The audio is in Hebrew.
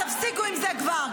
תפסיקו עם זה כבר,